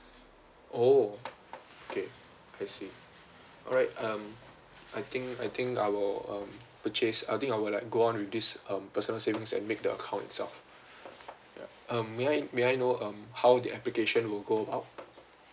oh okay I see alright um I think I think I will um purchase I think I will like go on with this um personal savings and make the account itself um may I may I know um how the application will go about